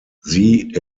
sie